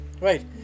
Right